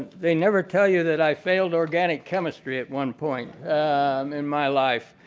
they never tell you that i failed organic chemistry at one point in my life.